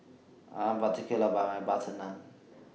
I'm particular about My Butter Naan